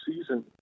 season